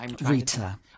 Rita